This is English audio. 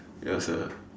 ya sia